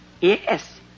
Yes